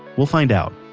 we'll find out,